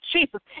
Jesus